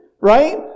right